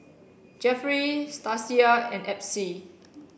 Jefferey Stacia and Epsie